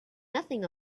nothing